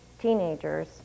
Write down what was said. teenagers